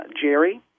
Jerry